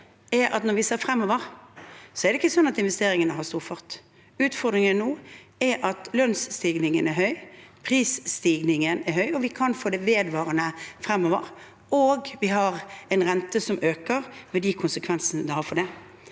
er at når vi ser fremover, er det ikke slik at investeringene har stor fart. Utfordringene nå er at lønnsstigningen er høy, prisstigningen er høy – det kan vedvare fremover – og vi har en rente som øker, med de konsekvensene det har for dette.